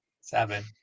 Seven